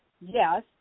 Yes